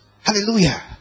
Hallelujah